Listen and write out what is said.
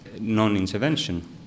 non-intervention